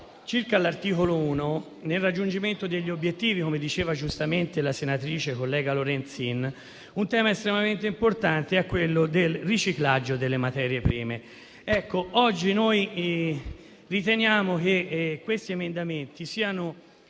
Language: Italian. riguarda l'articolo 1, nel raggiungimento degli obiettivi - come diceva giustamente la collega Lorenzin - un tema estremamente importante è quello del riciclaggio delle materie prime. Riteniamo che i nostri emendamenti al